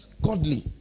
Godly